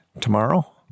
tomorrow